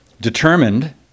determined